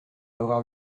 avoir